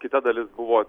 kita dalis buvo